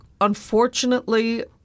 unfortunately